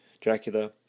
Dracula